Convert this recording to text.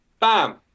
Bam